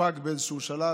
פג באיזשהו שלב,